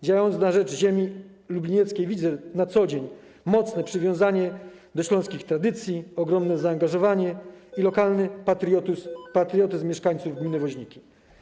Działając na rzecz ziemi lublinieckiej, widzę na co dzień mocne przywiązanie do śląskich tradycji, ogromne zaangażowanie i lokalny patriotyzm mieszkańców gminy Woźniki.